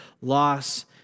loss